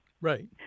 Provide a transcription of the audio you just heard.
Right